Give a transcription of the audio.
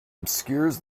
obscures